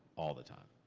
all the time.